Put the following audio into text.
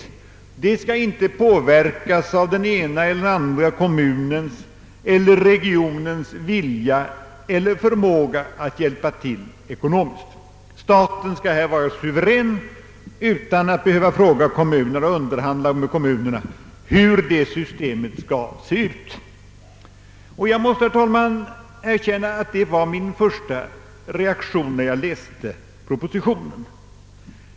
Det skall inte påverkas av den ena eller andra kommunens eller regionens vilja eller förmåga att hjälpa till ekonomiskt. Staten skall därvidlag vara suverän och inte behöva fråga eller underhandla med kommunerna om hur systemet skall se ut. Jag måste erkänna att det var min första reaktion när jag läste propositionen.